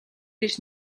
гэж